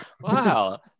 wow